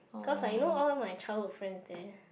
cause like you know all my childhood friends there